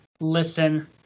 listen